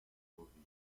überwiesen